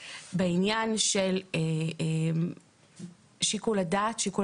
בעניין של שיקול הדעת אני כן אומרת ששיקול